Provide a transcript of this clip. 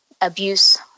abuse